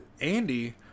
Andy